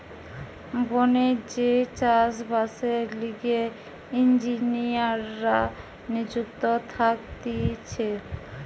বনে যেই চাষ বাসের লিগে ইঞ্জিনীররা নিযুক্ত থাকতিছে